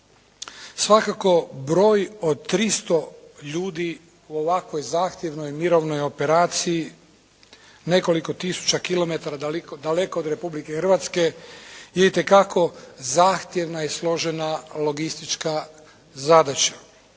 Svakako broj od 300 ljudi u ovako zahtjevnoj mirovnoj operaciji nekoliko tisuća kilometara daleko od Republike Hrvatske je itekako zahtjevna i složena logistička zadaća.